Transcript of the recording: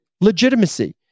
legitimacy